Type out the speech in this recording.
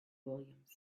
williams